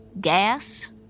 Gas